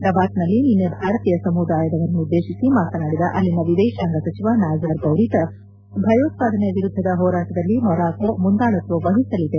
ರಬಾತ್ನಲ್ಲಿ ನಿನ್ನೆ ಭಾರತೀಯ ಸಮುದಾಯದವರನ್ನುದ್ದೇಶಿಸಿ ಮಾತನಾಡಿದ ಅಲ್ಲಿನ ವಿದೇಶಾಂಗ ಸಚಿವ ನಾಸರ್ ಬೌರಿತಾ ಭಯೋತ್ಪಾದನೆ ವಿರುದ್ದದ ಹೋರಾಟದಲ್ಲಿ ಮೊರೊಕೊ ಮುಂದಾಳತ್ತ ವಹಿಸಲಿದೆ ಎಂದರು